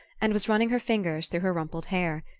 and was running her fingers through her rumpled hair.